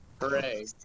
Hooray